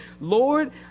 Lord